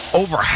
over